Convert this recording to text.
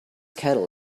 kettle